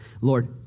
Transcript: Lord